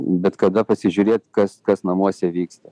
bet kada pasižiūrėt kas kas namuose vyksta